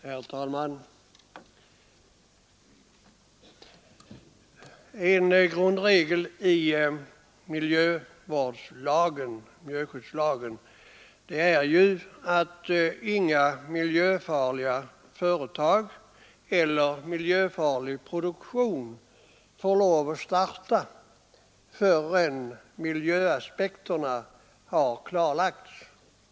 Herr talman! En grundregel i miljöskyddslagen är att ingen miljöfarlig produktion får starta förrän miljöaspekterna har klarlagts.